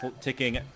ticking